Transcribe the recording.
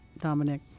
Dominic